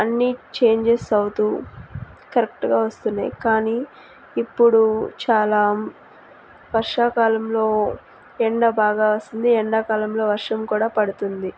అన్నీ చేంజెస్ అవుతూ కరెక్ట్గా వస్తున్నాయి కానీ ఇప్పుడు చాలా వర్షాకాలంలో ఎండ బాగా వస్తుంది ఎండాకాలంలో వర్షం కూడా పడుతుంది